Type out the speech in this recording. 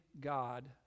God